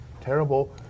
terrible